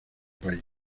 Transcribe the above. país